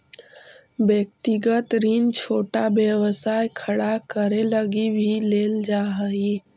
व्यक्तिगत ऋण छोटा व्यवसाय खड़ा करे लगी भी लेल जा हई